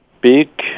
big